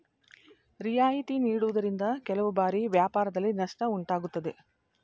ರಿಯಾಯಿತಿ ನೀಡುವುದರಿಂದ ಕೆಲವು ಬಾರಿ ವ್ಯಾಪಾರದಲ್ಲಿ ನಷ್ಟ ಉಂಟಾಗುತ್ತದೆ